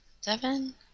seven